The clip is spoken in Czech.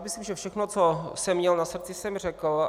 Myslím, že všechno, co jsem měl na srdci, jsem řekl.